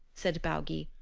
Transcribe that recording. said baugi,